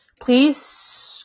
Please